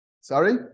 Sorry